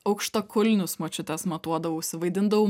aukštakulnius močiutės matuodavausi vaidindavau